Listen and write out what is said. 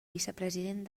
vicepresident